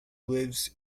lives